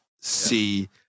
see